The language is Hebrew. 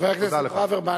חבר הכנסת ברוורמן,